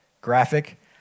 graphic